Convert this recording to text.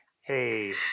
hey